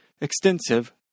extensive